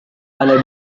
pandai